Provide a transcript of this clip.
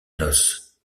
noce